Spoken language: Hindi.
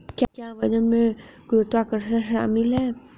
क्या वजन में गुरुत्वाकर्षण शामिल है?